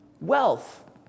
Wealth